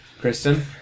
Kristen